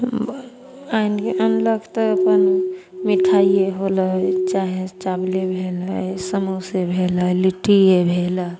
आनि अनलक तऽ अपन मिठाइए होलै चाहे चावले भेलै समोसे भेलै लिट्टिए भेलै